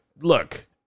Look